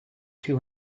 two